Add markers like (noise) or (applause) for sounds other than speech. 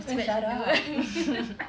eh shut up (laughs)